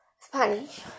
Spanish